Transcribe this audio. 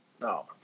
no